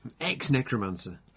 ex-necromancer